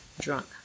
Drunk